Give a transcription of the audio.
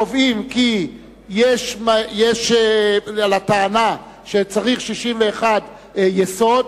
הקובעים כי יש מקום לטענה שצריך 61 לחוק-יסוד,